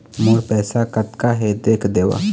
मोर पैसा कतका हे देख देव?